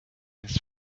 his